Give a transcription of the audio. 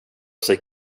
sig